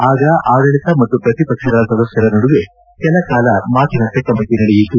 ಆಗ ಆಡಳಿತ ಮತ್ತು ಪ್ರತಿಪಕ್ಷಗಳ ಸದಸ್ಲರ ನಡುವೆ ಕೆಲಕಾಲ ಮಾತಿನ ಚಕಮಕಿ ನಡೆಯಿತು